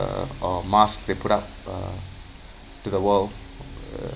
uh or mask they put up uh to the world uh